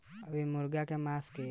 अभी मुर्गा के मांस के का भाव चलत बा?